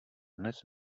dnes